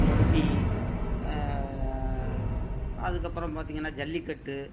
குஸ்தி அதற்கப்பறம் பார்த்திங்கன்னா ஜல்லிக்கட்டு